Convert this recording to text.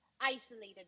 isolated